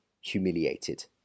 humiliated